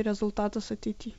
rezultatas ateity